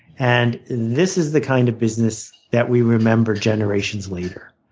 and this is the kind of business that we remember generations later.